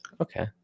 okay